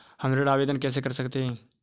हम ऋण आवेदन कैसे कर सकते हैं?